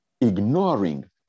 ignoring